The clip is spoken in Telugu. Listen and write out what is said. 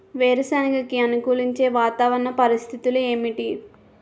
వేరుసెనగ కి అనుకూలించే వాతావరణ పరిస్థితులు ఏమిటి?